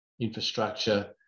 infrastructure